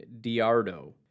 DiArdo